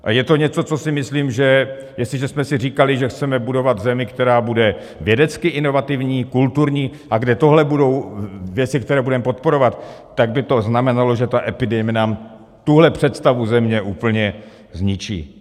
A je to něco, co si myslím, že jestliže jsme si říkali, že chceme budovat zemi, která bude vědecky inovativní, kulturní a kde tohle budou věci, které budeme podporovat, tak by to znamenalo, že ta epidemie nám tuhle představu země úplně zničí.